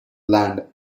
land